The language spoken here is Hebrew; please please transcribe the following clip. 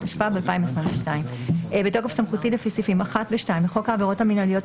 התשפ"ב 2022 בתוקף סמכותי לפי סעיפים 1 ו-2 לחוק העבירות המינהליות,